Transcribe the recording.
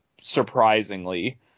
surprisingly